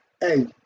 Hey